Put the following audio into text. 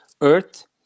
earth